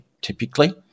typically